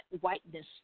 whiteness